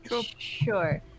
Sure